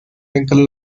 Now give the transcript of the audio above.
lincoln